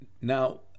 Now